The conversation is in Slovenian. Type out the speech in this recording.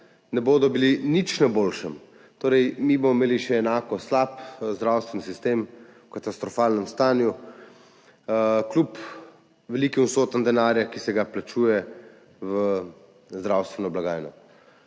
ne bodo nič na boljšem. Torej, mi bomo imeli še enako slab zdravstveni sistem v katastrofalnem stanju, kljub velikim vsotam denarja, ki se ga plačuje v zdravstveno blagajno.